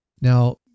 now